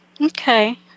Okay